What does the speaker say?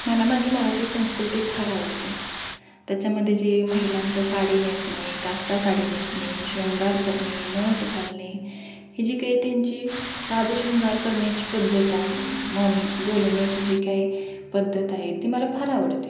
मला माझी मराठी संस्कृती फार आवडते त्याच्यामध्ये जे महिलांचं साडी नेसणे काष्टा साडी नेसणे शृंगार करणे नथ घालणे हे जी काही आहे त्यांची साजशृंगार करण्याची पद्धत आहे मोल बोलण्याची जी काही पद्धत आहे ती मला फार आवडते